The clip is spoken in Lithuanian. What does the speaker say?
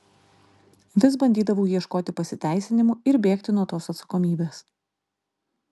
vis bandydavau ieškoti pasiteisinimų ir bėgti nuo tos atsakomybės